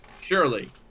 surely